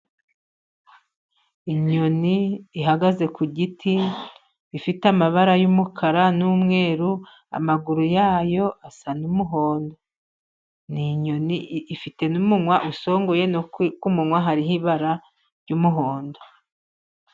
Inyoni ihagaze ku giti, ifite amabara y'umukara n'umweru. Amaguru yayo asa n'umuhondo. Ni inyoni ifite umunwa usongoye. Ku munwa hariho ibara ry'umuhondo.